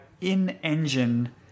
in-engine